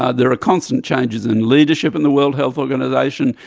ah there are constant changes in leadership in the world health organisation.